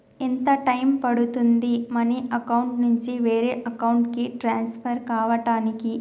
ఎంత టైం పడుతుంది money account నుంచి వేరే అకౌంట్ కి ట్రాన్స్ఫర్ కావటానికి?